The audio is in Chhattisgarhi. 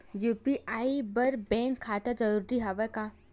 यू.पी.आई बर बैंक खाता जरूरी हवय का?